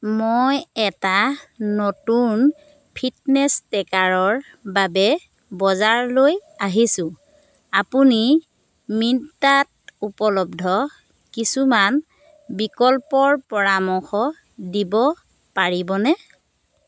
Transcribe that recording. মই এটা নতুন ফিটনেছ ট্ৰেকাৰৰ বাবে বজাৰলৈ আহিছোঁ আপুনি মিন্ত্ৰাত উপলব্ধ কিছুমান বিকল্পৰ পৰামৰ্শ দিব পাৰিবনে